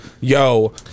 Yo